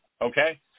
Okay